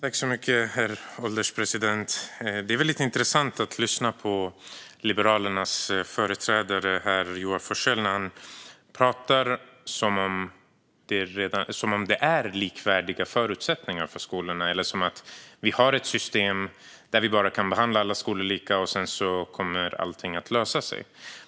Herr ålderspresident! Det är intressant att lyssna på Liberalernas företrädare Joar Forssell. På honom låter det som att vi redan har likvärdiga förutsättningar för skolor och ett system där vi kan behandla alla skolor lika, och därför kommer allt att lösa sig.